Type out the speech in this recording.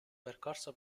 percorso